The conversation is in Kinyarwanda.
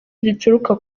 zituruka